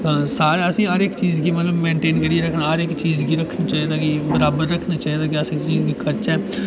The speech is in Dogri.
सारा एह् हा कि हर इक चीज गी मेंटेन करियै रक्खना हर इक चीज गी रक्खना चाहिदा गी बराबर रक्खना चाहिदा कि अस इस चीज गी करचै